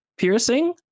piercing